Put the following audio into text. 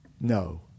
no